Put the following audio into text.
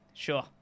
Sure